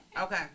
Okay